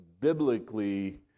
biblically